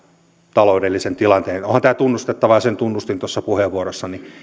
taloudellisen tilanteen mukaan niin onhan tämä tunnustettava ja sen tunnustin tuossa puheenvuorossani